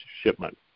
shipment